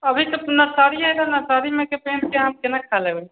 अभी तऽ नर्सरी हय तऽ नर्सरी मे के पेड़ के हम केना खा लेबै